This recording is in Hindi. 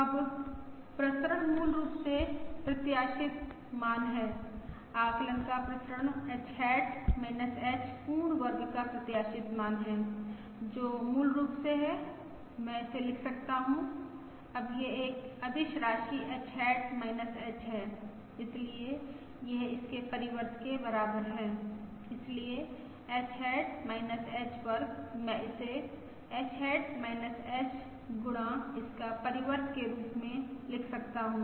अब प्रसरण मूल रूप से प्रत्याशित मान है आकलन का प्रसरण H हैट H पूर्ण वर्ग का प्रत्याशित मान है जो मूल रूप से है मैं इसे लिख सकता हूँ अब यह एक अदिश राशि H हैट H है इसलिए यह इसके परिवर्त के बराबर है इसलिए h हैट h वर्ग मैं इसे h हैट h गुणा इसका परिवर्त के रूप में लिख सकता हूँ